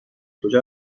کجا